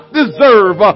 deserve